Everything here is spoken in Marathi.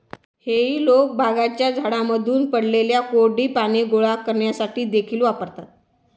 हेई लोक बागांच्या झाडांमधून पडलेली कोरडी पाने गोळा करण्यासाठी देखील वापरतात